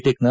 ಟೆಕ್ನ